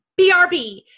brb